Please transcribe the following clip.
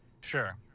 Sure